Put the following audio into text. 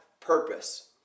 purpose